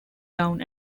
down